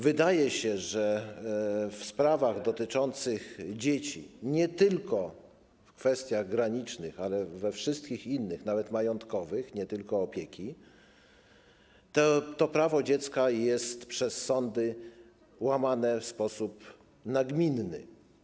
Wydaje się, że w sprawach dotyczących dzieci, nie tylko w kwestiach granicznych, ale we wszystkich innych, nawet majątkowych, nie tylko opieki, to prawo dziecka jest przez sądy łamane w sposób nagminny.